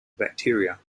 bacteria